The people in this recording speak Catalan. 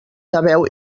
sabeu